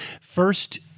First